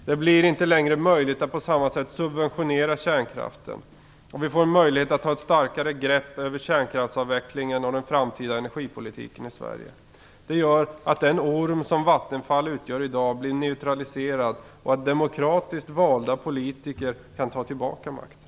Det blir inte längre möjligt att på samma sätt subventionera kärnkraften. Vi får en möjlighet att ta ett starkare grepp över kärnkraftsavvecklingen och den framtida energipolitiken i Sverige. Det gör att den orm som Vattenfall i dag utgör blir neutraliserad och att demokratiskt valda politiker kan ta tillbaka makten.